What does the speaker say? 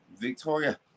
Victoria